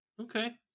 Okay